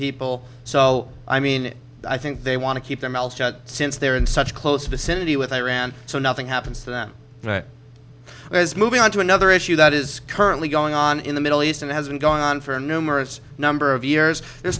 people so i mean i think they want to keep their mouth shut since they're in such close vicinity with iran so nothing happens to them as moving on to another issue that is currently going on in the middle east and has been going on for numerous number of years there's